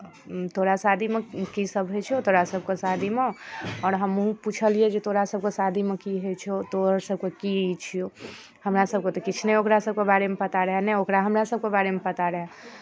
तोरा शादीमे कीसभ होइ छौ तोरासभके शादीमे आओर हमहूँ पुछलियै जे तोरासभके शादीमे कीसभ होइ छौ तोहर सभके की छियौ हमरा सभके तऽ किछु नहि ओकरासभके बारेमे पता रहए ने ओकरा हमरासभके बारेमे पता रहए